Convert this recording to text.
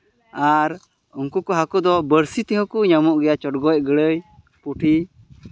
ᱟᱨ ᱩᱱᱠᱩ ᱠᱚ ᱦᱟᱹᱠᱩ ᱫᱚ ᱵᱟᱹᱲᱥᱤ ᱛᱮ ᱦᱚᱸ ᱠᱚ ᱧᱟᱢᱚᱜ ᱜᱮᱭᱟ ᱪᱚᱸᱰᱜᱚᱡ ᱜᱟᱹᱲᱟᱹᱭ ᱯᱩᱴᱷᱤ